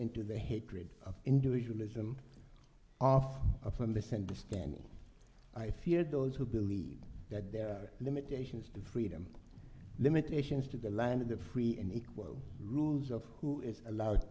into the hatred of individual ism off of a misunderstanding i fear those who believe that there are limitations to freedom limitations to the land of the free and equal rules of who is allowed